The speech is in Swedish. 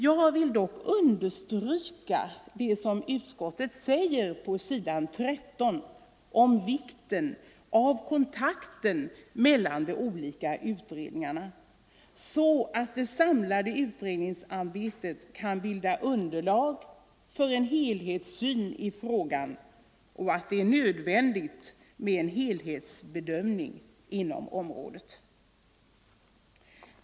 Jag vill emellertid understryka vad utskottet säger på s. 13 i betänkandet rörande vikten av kontakten mellan de olika utredningarna, så att det samlade utredningsarbetet kan bilda underlag för en helhetssyn i frågan. Det är nödvändigt med en helhetsbedömning inom området.